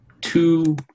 two